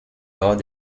lors